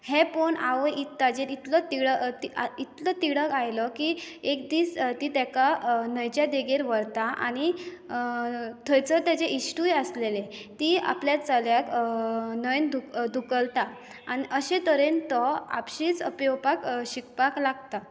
हें पळोवन आवय ताचेर इतलो तिड इतलो तिडक आयलो की एक दीस ती तेका न्हंयचे देगेर व्हरता आनी थंयसर ताजे इश्टूय आसलेले ती आपल्या चल्याक न्हंयेन धू धुकलता आनी अशी तरेन तो आपशीच पेंवपाक शिकपाक लागता